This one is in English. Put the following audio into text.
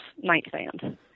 nightstand